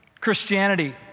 Christianity